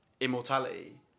immortality